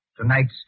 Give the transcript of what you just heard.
Tonight's